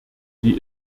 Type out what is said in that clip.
die